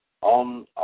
on